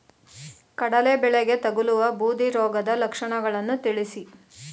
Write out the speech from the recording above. ಕಡಲೆ ಬೆಳೆಗೆ ತಗಲುವ ಬೂದಿ ರೋಗದ ಲಕ್ಷಣಗಳನ್ನು ತಿಳಿಸಿ?